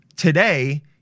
Today